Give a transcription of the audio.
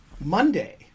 Monday